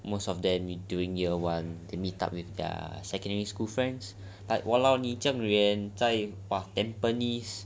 most of them in during year one they meet up with their secondary school friends like !walao! 你这样远在哇 tampines